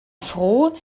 froh